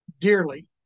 dearly